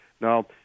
Now